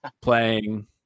playing